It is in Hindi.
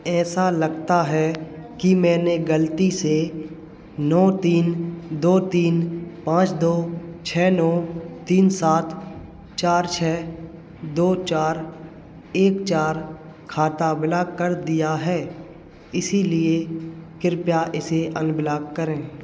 ऐसा लगता है कि मैंने गलती से नौ तीन दो तीन पाँच दो छः नौ तीन सात चार छः दो चार एक चार खाता ब्लॉक कर दिया है इसलिए कृपया इसे अनब्लॉक करें